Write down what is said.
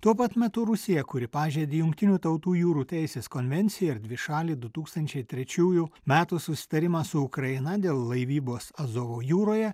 tuo pat metu rusija kuri pažeidė jungtinių tautų jūrų teisės konvenciją ir dvišalį du tūkstančiai trečiųjų metų susitarimą su ukraina dėl laivybos azovo jūroje